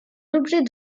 l’objet